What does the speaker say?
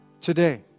today